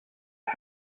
are